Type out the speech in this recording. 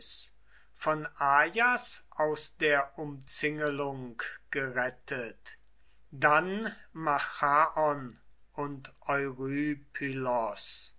von ajas aus der umzingelung gerettet dann machaon und